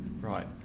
Right